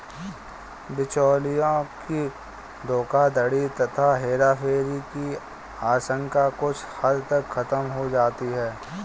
बिचौलियों की धोखाधड़ी तथा हेराफेरी की आशंका कुछ हद तक खत्म हो जाती है